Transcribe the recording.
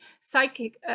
psychic